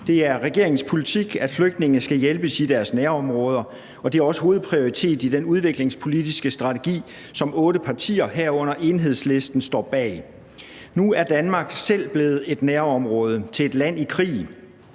Det er regeringens politik, at flygtninge skal hjælpes i deres nærområder, og det er også hovedprioritet i den udviklingspolitiske strategi, som otte partier, herunder Enhedslisten, står bag. Nu er Danmark selv blevet et nærområde til et land i krig.